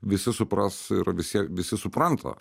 visi supras ir vis tiek visi supranta